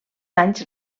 anys